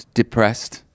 depressed